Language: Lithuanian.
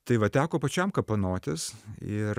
tai va teko pačiam kapanotis ir